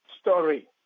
story